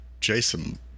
Jason